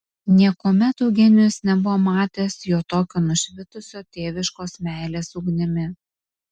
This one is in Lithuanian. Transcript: niekuomet eugenijus nebuvo matęs jo tokio nušvitusio tėviškos meilės ugnimi